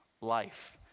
life